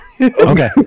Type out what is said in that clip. okay